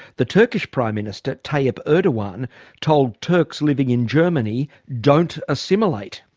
the turkish prime minister tayyip erdogan told turks living in germany don't assimilate.